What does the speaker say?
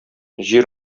җир